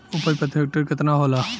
उपज प्रति हेक्टेयर केतना होला?